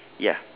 ya